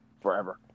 forever